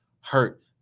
hurt